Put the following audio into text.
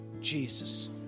Jesus